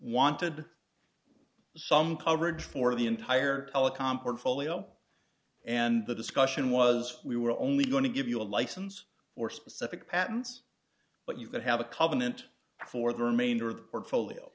wanted some coverage for the entire telecom portfolio and the discussion was we were only going to give you a license for specific patents but you could have a covenant for the remainder of the portfolio